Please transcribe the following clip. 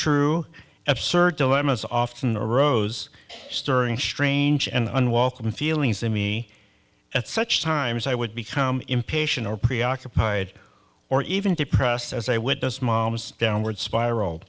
true absurd dilemma's often oros stirring strange and unwelcome feelings in me at such times i would become impatient or preoccupied or even depressed as a witness mom's downward spiral